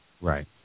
Right